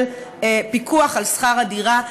של פיקוח על שכר הדירה,